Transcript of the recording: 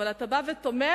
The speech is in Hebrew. אתה בא ותומך,